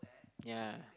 ya